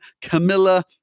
Camilla